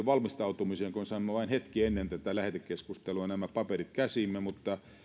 valmistautumiseen kun saimme vain hetki ennen tätä lähetekeskustelua nämä paperit käsiimme mutta